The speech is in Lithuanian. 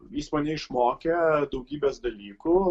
jis mane išmokė daugybės dalykų